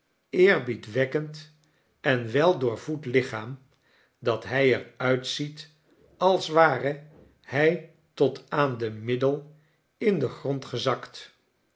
eerbiedwekkend en weldoorvoed lichaam dat hij er uitziet als ware hij tot aan de middel in den grond gezakt